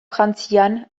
frantzian